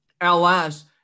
LS